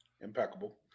impeccable